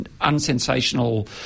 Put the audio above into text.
unsensational